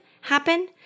happen